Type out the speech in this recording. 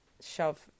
shove